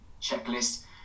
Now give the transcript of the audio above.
checklist